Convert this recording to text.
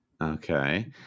Okay